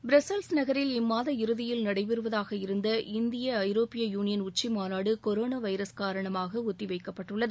Brussels நகரில் இம்மாதம் இறுதியில் நடைபெறுவதாக இருந்த இந்திய ஐரோப்பிய யூனியள் உச்சி மாநாடு கொரோனா வைரஸ் காரணமாக ஒத்திவைக்கப்பட்டுள்ளது